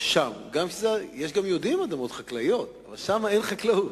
יש גם יהודים עם אדמות חקלאיות אבל שם אין חקלאות.